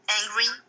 angry